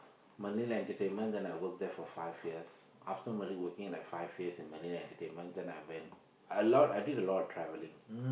Merlin Entertainment then I work there for five years after Merlin working at there for five years at Merlin Entertainment then I went I a lot I did a lot of travelling